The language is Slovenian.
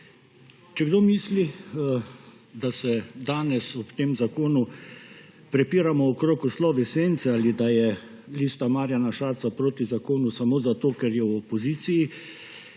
Če kdo misli, da se danes ob tem zakonu prepiramo okrog oslove sence ali da je Lista Marjana Šarca proti zakonu samo zato, ker je v opoziciji,